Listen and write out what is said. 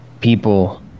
people